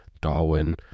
Darwin